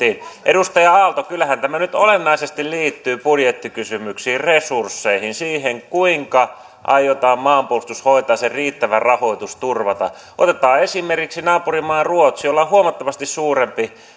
edustaja aalto kyllähän tämä nyt olennaisesti liittyy budjettikysymyksiin resursseihin siihen kuinka aiotaan maanpuolustus hoitaa ja sen riittävä rahoitus turvata otetaan esimerkiksi naapurimaa ruotsi jolla on huomattavasti suurempi